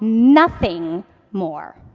nothing more.